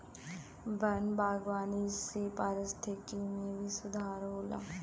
वन बागवानी से पारिस्थिकी में भी सुधार होला